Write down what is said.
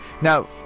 Now